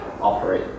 operate